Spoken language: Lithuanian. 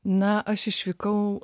na aš išvykau